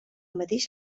mateix